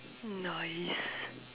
nice